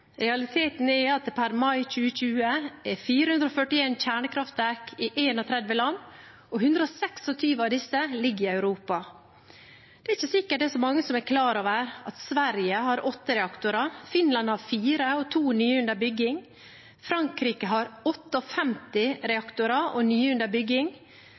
Realiteten er at det per mai 2020 er 451 kjernekraftverk i 31 land, og 126 av disse ligger i Europa. Det er ikke sikkert at det er så mange som er klar over at Sverige har åtte reaktorer, Finland har fire og to nye under bygging, Frankrike har 58 reaktorer og nye under bygging,